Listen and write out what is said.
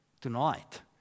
tonight